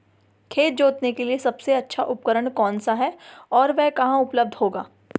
खेत जोतने के लिए सबसे अच्छा उपकरण कौन सा है और वह कहाँ उपलब्ध होगा?